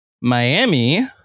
Miami